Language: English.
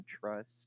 trust